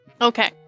Okay